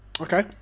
Okay